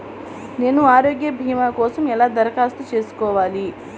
నేను ఆరోగ్య భీమా కోసం ఎలా దరఖాస్తు చేసుకోవాలి?